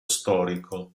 storico